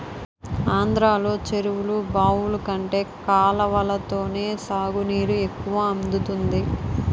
ఆంధ్రలో చెరువులు, బావులు కంటే కాలవతోనే సాగునీరు ఎక్కువ అందుతుంది